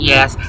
Yes